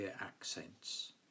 accents